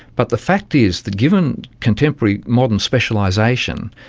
but the fact is that given contemporary modern specialisation,